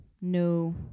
no